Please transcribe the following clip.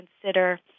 consider